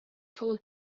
called